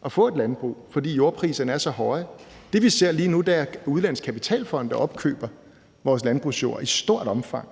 og få et landbrug, fordi jordpriserne er så høje. Det, vi ser lige nu, er, at udenlandske kapitalfonde opkøber vores landbrugsjord i stort omfang.